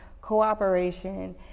cooperation